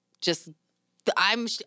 just—I'm